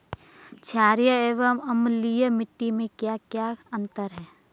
छारीय एवं अम्लीय मिट्टी में क्या क्या अंतर हैं?